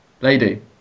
Lady